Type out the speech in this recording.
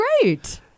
great